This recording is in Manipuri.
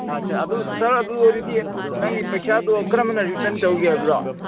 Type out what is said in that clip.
ꯑꯥꯁꯥ ꯑꯗꯨ ꯁꯥꯔ ꯑꯗꯨ ꯑꯣꯏꯔꯗꯤ ꯅꯪꯒꯤ ꯄꯩꯁꯥꯗꯣ ꯀꯔꯝ ꯍꯥꯏꯅ ꯔꯤꯇꯔꯟ ꯇꯧꯒꯦ ꯍꯥꯏꯕ꯭ꯔꯣ